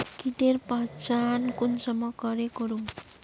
कीटेर पहचान कुंसम करे करूम?